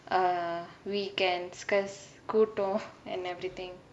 err weekends because கூட்டோ:kooto and everything